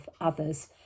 others